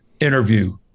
interview